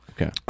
okay